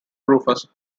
rufus